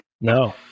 No